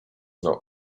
not